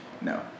No